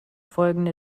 folgende